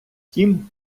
втім